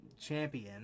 champion